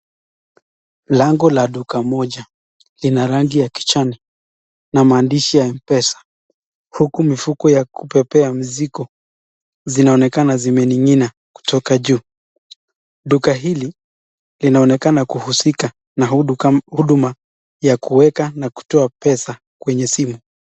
Lango la duka moja ina rangi ya kijani na maandishi ya Mpesa huku mfuko ya kubebea mzigo zinaonekana zina ning'ina kutoka juu. Duka hili inaonekana kuhusika na huduma wa kutoa pesa na kuweka kwenye simu.